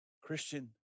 Christian